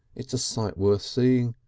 it's a sight worth seeing.